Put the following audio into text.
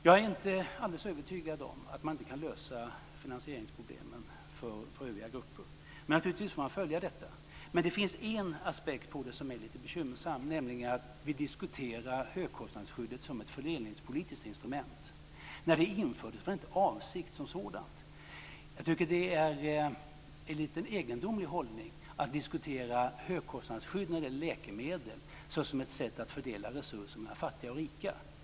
Jag är inte alldeles övertygad om att man inte kan lösa finansieringsproblemen för övriga grupper men man får naturligtvis följa detta. Det finns dock en aspekt här som är lite bekymmersam, nämligen att vi diskuterar högkostnadsskyddet som ett fördelningspolitiskt instrument. När det infördes var det inte avsikten. Jag tycker att det är en lite egendomlig hållning att diskutera högkostnadsskyddet när det gäller läkemedel som ett sätt att fördela resurser mellan fattiga och rika.